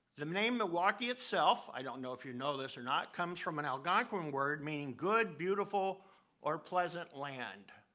the name milwaukee itself, i don't know if you know this or not, comes from an algonquin word meaning, good, beautiful or pleasant land.